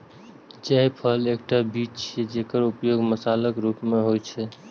जायफल एकटा बीज छियै, जेकर उपयोग मसालाक रूप मे होइ छै